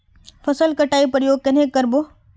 फसल कटाई प्रयोग कन्हे कर बो?